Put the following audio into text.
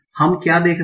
हम क्या देख रहे हैं